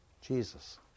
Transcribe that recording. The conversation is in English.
Jesus